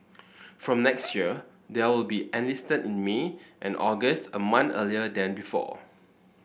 from next year they are will be enlisted in May and August a month earlier than before